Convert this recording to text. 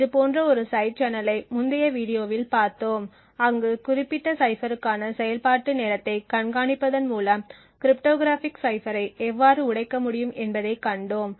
இதுபோன்ற ஒரு சைடு சேனலை முந்தைய வீடியோவில் பார்த்தோம் அங்கு குறிப்பிட்ட சைபருக்கான செயல்பாட்டு நேரத்தை கண்காணிப்பதன் மூலம் கிரிப்டோகிராஃபிக் சைஃப்பரை எவ்வாறு உடைக்க முடியும் என்பதைக் கண்டோம்